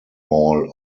mall